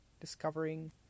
discovering